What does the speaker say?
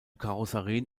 karosserien